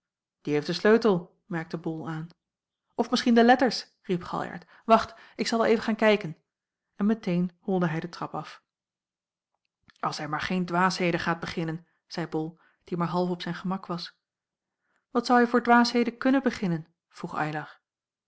die heeft den sleutel merkte bol aan of misschien de letters riep galjart wacht ik zal wel even gaan kijken en meteen holde hij de trap af als hij maar geen dwaasheden gaat beginnen zeî bol die maar half op zijn gemak was wat zou hij voor dwaasheden kunnen beginnen vroeg